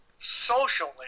socially